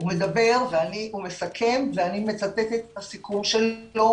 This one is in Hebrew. הוא מסכם, ואני מצטטת את הסיכום שלו.